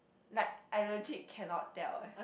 like I legit cannot tell eh